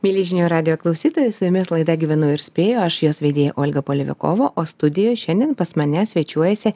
mieli žinių radijo klausytojai su jumis laida gyvenu ir spėju aš jos vedėja olga polevikova o studijoj šiandien pas mane svečiuojasi